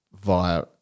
via